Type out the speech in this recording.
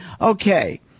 Okay